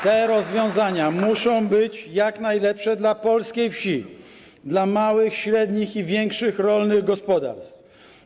Te rozwiązania muszą być jak najlepsze dla polskiej wsi, dla małych, średnich i większych rolnych gospodarstw.